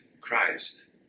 Christ